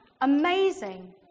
amazing